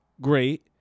Great